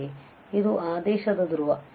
ಆದ್ದರಿಂದ ಇದು ಆದೇಶದ ಧ್ರುವ 2